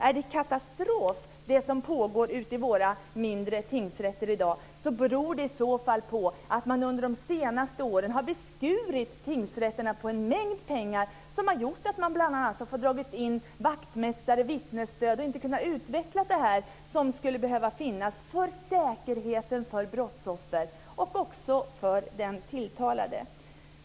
Är det som pågår vid de mindre tingsrätterna i dag en katastrof beror det i så fall på att man under de senaste åren har beskurit tingsrätterna på en mängd pengar som har gjort att man bl.a. har varit tvungen att dra ned på antalet vaktmästare och vittnesstöd. Man har inte kunnat utveckla den säkerhet som skulle behöva finnas för brottsoffer och också för den tilltalade.